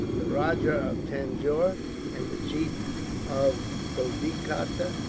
the rajah of tanjore and the chief of pudicota,